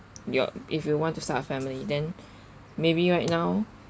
yup if you want to start a family then maybe right now